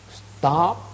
stop